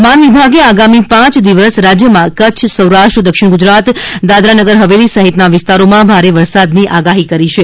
હવામાન વિભાગે આગામી પાંચ દિવસ રાજયમાં કચ્છ સૌરાષ્ટ્ર દક્ષિણ ગુજરાત દાદરાનગર હવેલી સહિતના વિસ્તારોમાં ભારે વરસાદની આગાહી કરી છે